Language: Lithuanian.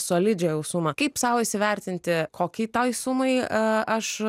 solidžią jau sumą kaip sau įsivertinti kokį tai sumai aš